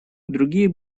другие